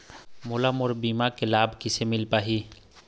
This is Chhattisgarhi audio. मोला मोर बीमा के लाभ मोला किसे मिल पाही?